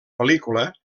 pel·lícula